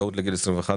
הזכאות לגיל 21,